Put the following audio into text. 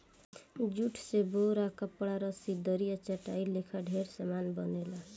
jute से बोरा, कपड़ा, रसरी, दरी आ चटाई लेखा ढेरे समान बनेला